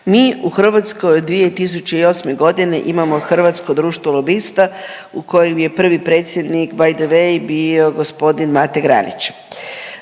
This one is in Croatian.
mi u Hrvatskoj od 2008. godine imamo Hrvatsko društvo lobista u kojem je prvi predsjednik by the way bio gospodin Mate Granić.